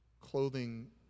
clothing